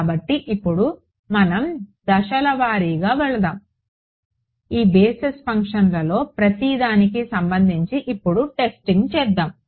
కాబట్టి ఇప్పుడు మనం దశలవారీగా వెళ్దాం ఈ బేసిస్ ఫంక్షన్లలో ప్రతి దానికి సంబంధించి ఇప్పుడు టెస్టింగ్ చేద్దాం